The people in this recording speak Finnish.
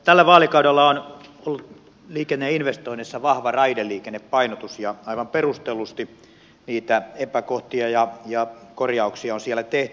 tällä vaalikaudella liikenneinvestoinneissa on ollut vahva raideliikennepainotus ja aivan perustellusti niitä epäkohtien korjauksia on siellä tehty